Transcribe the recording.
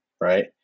right